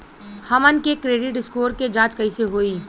हमन के credit score के जांच कैसे होइ?